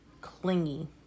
clingy